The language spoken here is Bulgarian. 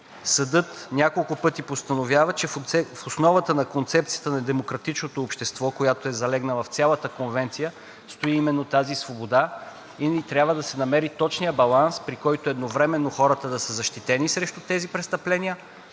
Съдът няколко пъти постановява, че в основата на концепцията на демократичното общество, която е залегнала в цялата конвенция, стои именно тази свобода и трябва да се намери точният баланс, при който едновременно хората да са защитени срещу тези престъпления,